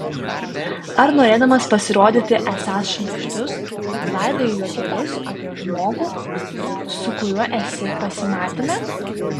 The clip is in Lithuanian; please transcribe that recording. ar norėdamas pasirodyti esąs šmaikštus laidai juokelius apie žmogų su kuriuo esi pasimatyme